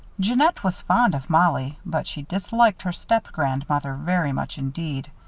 jeannette was fond of mollie, but she disliked her stepgrandmother very much indeed.